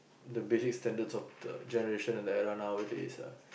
the basic standards of the generation and era nowadays lah